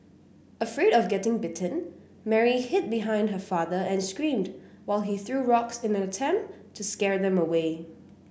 afraid of getting bitten Mary hid behind her father and screamed while he threw rocks in an attempt to scare them away